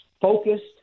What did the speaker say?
focused